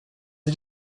sie